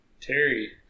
terry